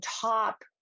top